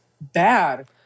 bad